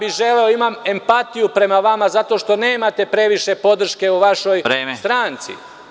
Imam empatiju prema vama zato što nemate previše podrške u vašoj stranci.